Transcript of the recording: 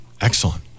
Excellent